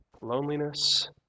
loneliness